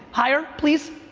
higher, please.